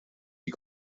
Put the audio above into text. die